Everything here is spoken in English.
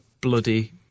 bloody